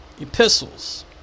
epistles